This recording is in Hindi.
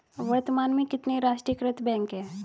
वर्तमान में कितने राष्ट्रीयकृत बैंक है?